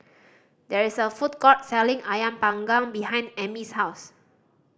there is a food court selling Ayam Panggang behind Amey's house